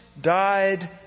died